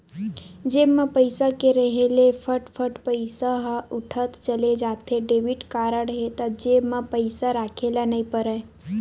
जेब म पइसा के रेहे ले फट फट पइसा ह उठत चले जाथे, डेबिट कारड हे त जेब म पइसा राखे ल नइ परय